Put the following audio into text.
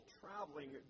traveling